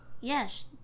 Yes